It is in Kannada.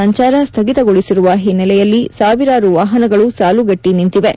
ಸಂಚಾರ ಸ್ಹಗಿತಗೊಳಿಸಿರುವ ಹಿನ್ನೆಲೆಯಲ್ಲಿ ಸಾವಿರಾರು ವಾಹನಗಳು ಸಾಲುಗಟ್ಟಿ ನಿಂತಿವೆ